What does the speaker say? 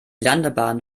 landebahn